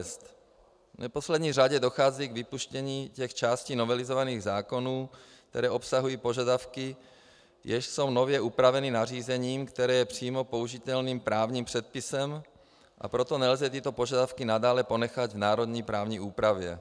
V neposlední řadě dochází k vypuštění těch částí novelizovaných zákonů, které obsahují požadavky, jež jsou nově upraveny nařízením, které je přímo použitelným právním předpisem, a proto nelze tyto požadavky nadále ponechat národní právní úpravě.